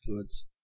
goods